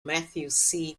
matthew